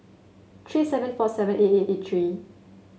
three seven four seven eight eight eight three